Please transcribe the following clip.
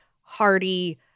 hearty